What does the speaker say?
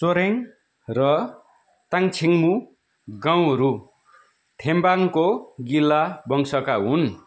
चोरेङ र ताङ्छेन्मु गाउँहरू थेम्बाङको गिला वंशका हुन्